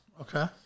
Okay